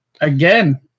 Again